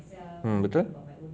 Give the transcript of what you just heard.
mm betul